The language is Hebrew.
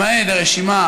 למעט הרשימה